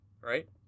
right